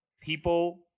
People